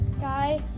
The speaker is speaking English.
guy